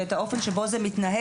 ואת האופק שבו זה מתנהל,